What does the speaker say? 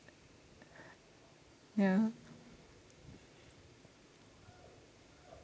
yeah